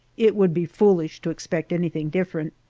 it would be foolish to expect anything different.